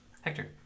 Hector